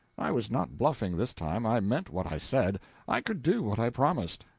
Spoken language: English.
i was not bluffing this time. i meant what i said i could do what i promised.